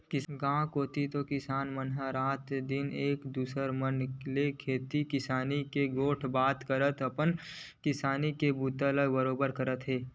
गाँव कोती तो किसान मन ह रात दिन एक दूसर मन ले खेती किसानी के गोठ बात करत अपन किसानी के बूता ला बरोबर करथे